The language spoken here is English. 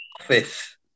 office